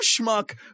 schmuck